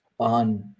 on